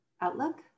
outlook